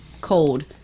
cold